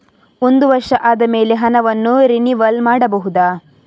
ಒಂದು ವರ್ಷ ಆದಮೇಲೆ ಹಣವನ್ನು ರಿನಿವಲ್ ಮಾಡಬಹುದ?